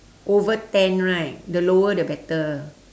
over ten right the lower the better